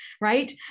right